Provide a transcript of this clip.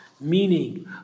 meaning